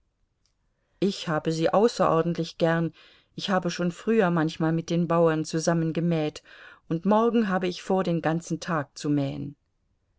ich habe sie außerordentlich gern ich habe schon früher manchmal mit den bauern zusammen gemäht und morgen habe ich vor den ganzen tag zu mähen